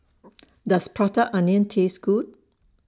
Does Prata Onion Taste Good